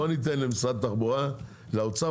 בוא ניתן למשרד התחבורה ולאוצר,